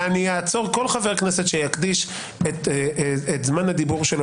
אני אעצור כל חבר כנסת שיקדיש את זמן הדיבור שלו,